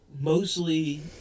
mostly